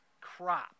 crop